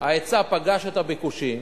ההיצע פגש את הביקושים